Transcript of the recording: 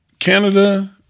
Canada